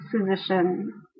physician